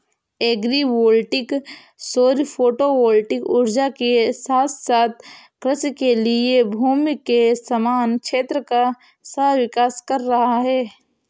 agri voltaic सौर photovoltaic ऊर्जा के साथ साथ कृषि के लिए भूमि के समान क्षेत्र का सह विकास कर रहा है